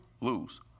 lose